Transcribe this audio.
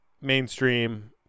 mainstream